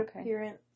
appearance